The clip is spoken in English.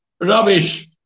Rubbish